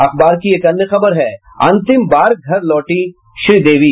अखबार की एक अन्य खबर है अंतिम बार घर लौटी श्रीदेवी